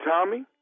Tommy